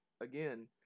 again